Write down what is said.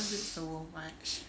she loves it so much